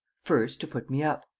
first, to put me up.